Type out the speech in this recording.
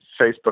Facebook